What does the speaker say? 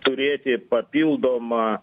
turėti papildomą